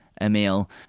Emil